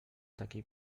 takiej